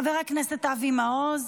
חבר הכנסת אבי מעוז,